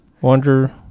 Wonder